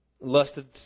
lusted